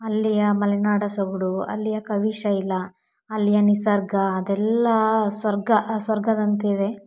ಅಲ್ಲಿಯ ಮಲೆನಾಡ ಸೊಗಡು ಅಲ್ಲಿಯ ಕವಿಶೈಲ ಅಲ್ಲಿಯ ನಿಸರ್ಗ ಅದೆಲ್ಲ ಸ್ವರ್ಗ ಸ್ವರ್ಗದಂತಿದೆ